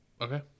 Okay